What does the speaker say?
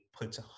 puts